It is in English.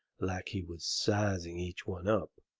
like he was sizing each one up,